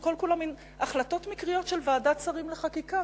שכל כולן מין החלטות מקריות של ועדת שרים לחקיקה.